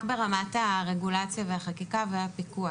רק ברמת הרגולציה, החקיקה והפיקוח